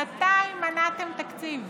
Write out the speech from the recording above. שנתיים מנעתם תקציב.